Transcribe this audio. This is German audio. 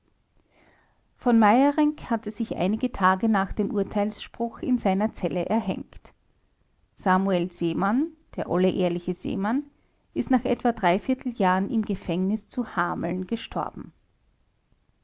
v meyerinck hatte sich einige tage nach dem urteilsspruch in seiner zelle erhängt samuel seemann der olle ehrliche seemann ist nach etwa dreiviertel jahren im gefängnis zu hameln gestorben